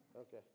Okay